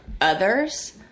others